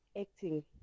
acting